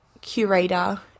curator